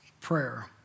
prayer